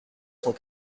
cent